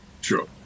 Sure